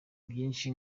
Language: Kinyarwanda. byinshi